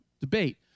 debate